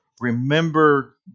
Remember